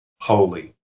Holy